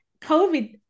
COVID